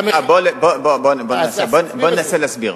בוא ננסה להסביר.